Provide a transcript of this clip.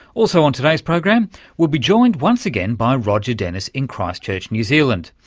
also on today's program we'll be joined once again by roger dennis in christchurch, new zealand,